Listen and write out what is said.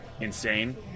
insane